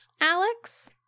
Alex